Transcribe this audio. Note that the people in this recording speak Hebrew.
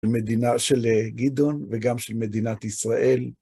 במדינה של גדעון וגם של מדינת ישראל.